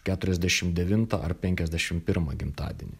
keturiasdešim devintą ar penkiasdešim pirmą gimtadienį